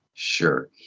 Sure